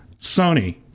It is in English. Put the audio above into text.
sony